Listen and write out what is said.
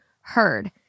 heard